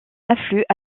affluent